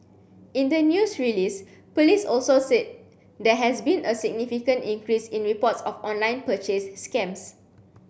in the news release police also said there has been a significant increase in reports of online purchase scams